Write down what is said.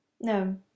No